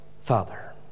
Father